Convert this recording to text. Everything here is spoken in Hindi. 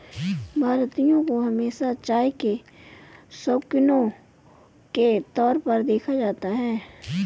भारतीयों को हमेशा चाय के शौकिनों के तौर पर देखा जाता है